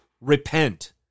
Repent